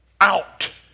Out